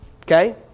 Okay